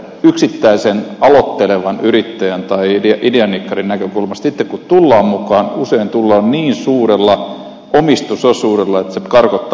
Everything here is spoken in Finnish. yksittäisen aloittelevan yrittäjän tai ideanikkarin näkökulmasta sitten kun tullaan mukaan usein tullaan niin suurella omistusosuudella että se karkottaa yrittäjiä